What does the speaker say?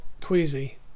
queasy